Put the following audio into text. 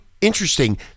interesting